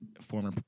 former